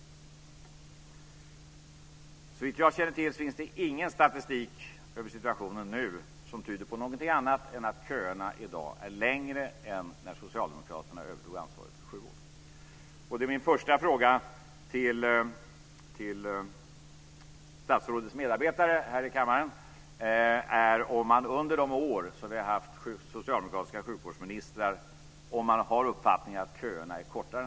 Såvitt jag känner till finns det ingen statistik över situationen nu som tyder på någonting annat än att köerna i dag är längre än när socialdemokraterna övertog ansvaret för sjukvården. Min första fråga till statsrådets medarbetare här i kammaren är om man under de år som vi har haft socialdemokratiska sjukvårdsministrar har uppfattningen att köerna blivit kortare.